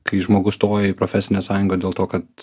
kai žmogus stoja į profesinę sąjungą dėl to kad